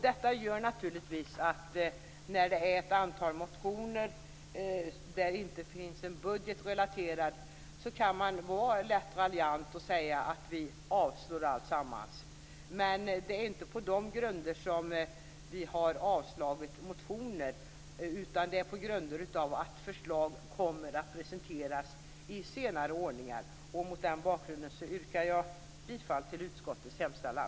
Detta gör naturligtvis att man, när det gäller ett antal motioner där det inte finns en budget relaterad, kan vara lätt raljant och säga att vi avslår alltsammans. Men det är inte på dessa grunder vi har avslagit motioner, utan det är på grund av att förslag kommer att presenteras i senare ordningar. Mot den bakgrunden yrkar jag bifall till utskottets hemställan.